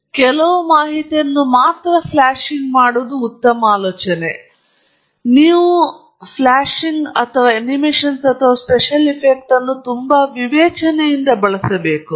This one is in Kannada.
ಆದ್ದರಿಂದ ವಿವಿಧ ಫಾಂಟ್ಗಳನ್ನು ಪ್ರಯತ್ನಿಸುವ ಪ್ರವೃತ್ತಿಯಿದೆ ಮತ್ತು ವಿವಿಧ ಫಾಂಟ್ಗಳು ವಿವಿಧ ಸ್ಲೈಡ್ಗಳಲ್ಲಿ ಅದು ಒಳ್ಳೆಯದುವಲ್ಲ ದಯವಿಟ್ಟು ಸ್ಟ್ಯಾಂಡರ್ಡ್ಗೆ ಅಂಟಿಕೊಳ್ಳಿ ನಿಮಗೆ ತಿಳಿದಿದೆ ಒಂದು ಅಥವಾ ಎರಡು ಫಾಂಟ್ಗಳು ತದನಂತರ ನಿಮ್ಮ ಸ್ಲೈಡ್ಗಳ ಮೂಲಕ ಅವುಗಳನ್ನು ಬಳಸಿ